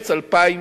במרס 2012,